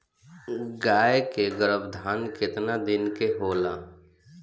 गाय के गरभाधान केतना दिन के होला?